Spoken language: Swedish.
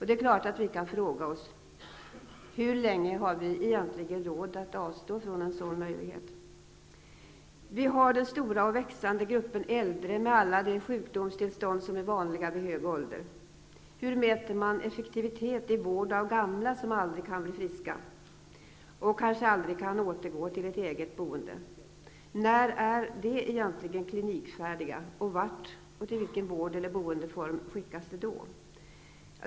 Det är klart att vi kan fråga: Hur länge har vi egentligen råd att avstå från en sådan möjlighet? Vi har den stora och växande gruppen äldre, med alla de sjukdomstillstånd som är vanliga vid hög ålder. Hur mäter man effektiviteten i vård av gamla som aldrig kan bli friska och kanske aldrig kan återgå till ett eget boende? När är de egentligen ''klinikfärdiga'', och vart och till vilken vård eller boendeform skickas de då?